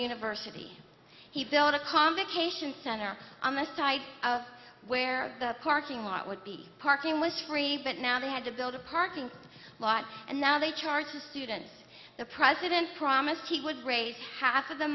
university he built a complication center on the side of where the parking lot would be parking was free but now they had to build a parking lot and now they charge the students the president promised he would raise half of the